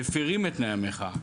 מפירים את תנאי המחאה.